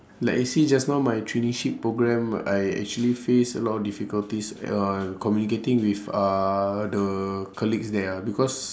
like you see just now my traineeship programme I actually face a lot difficulties uh communicating with uh the colleagues there ah because